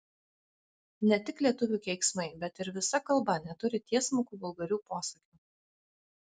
ne tik lietuvių keiksmai bet ir visa kalba neturi tiesmukų vulgarių posakių